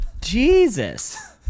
Jesus